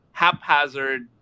haphazard